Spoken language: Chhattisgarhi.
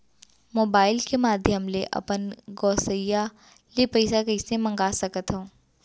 मोबाइल के माधयम ले अपन गोसैय्या ले पइसा कइसे मंगा सकथव?